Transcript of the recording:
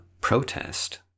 protest –